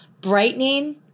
brightening